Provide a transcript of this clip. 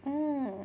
hmm